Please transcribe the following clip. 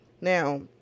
Now